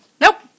Nope